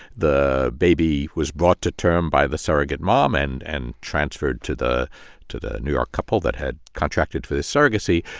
the baby was brought to term by the surrogate mom and and transferred to the to the new york couple that had contracted for this surrogacy.